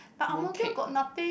but Ang-Mo-Kio got nothing